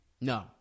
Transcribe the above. No